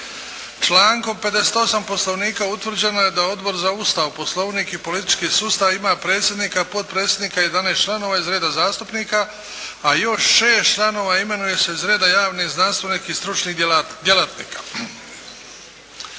Člankom 58. Poslovnika utvrđeno je da Odbor za Ustav, poslovnik i politički sustav ima predsjednika, potpredsjednika i jedanaest članova iz reda zastupnika a još šest članova imenuje se iz reda javnih, znanstvenih i stručnih djelatnika.